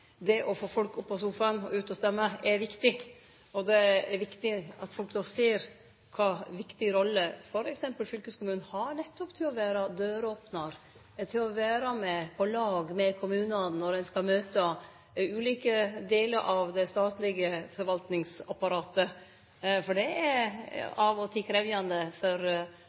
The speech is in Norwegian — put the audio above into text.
Det å få folk opp av sofaen og ut og stemme er viktig. Og det er viktig at folk då ser kva viktig rolle f.eks. fylkeskommunen har nettopp til å vere døropnar og å vere på lag med kommunane når dei skal møte ulike delar av det statlege forvaltningsapparatet, for det er av og til krevjande for